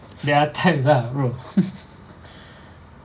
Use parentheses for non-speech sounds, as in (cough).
there are times lah bro (laughs)